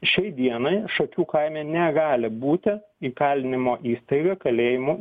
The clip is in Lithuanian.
šiai dienai šakių kaime negali būti įkalinimo įstaiga kalėjimo